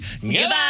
Goodbye